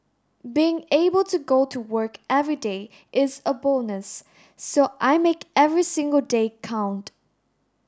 being able to go to work everyday is a bonus so I make every single day count